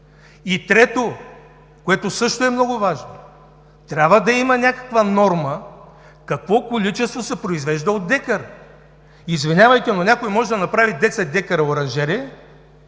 Третото, което също е много важно, трябва да има някаква норма какво количество се произвежда от декар. Извинявайте, ама някой може да направи 10 дка оранжерия,